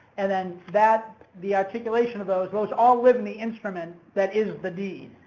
and then that, the articulation of those, goes all living the instrument, that is the deed,